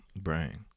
Brain